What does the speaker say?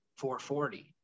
440